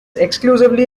exclusively